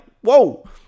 whoa